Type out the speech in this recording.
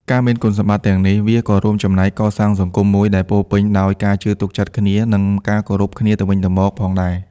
ការមានគុណសម្បត្តិទាំងនេះ វាក៏រួមចំណែកកសាងសង្គមមួយដែលពោរពេញដោយ ការជឿទុកចិត្តគ្នា និង ការគោរពគ្នាទៅវិញទៅមក ផងដែរ។